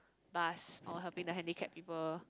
bus or helping the handicap people